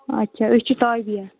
اَچھا أسۍ چھِ تابیا